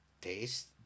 taste